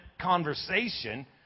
conversation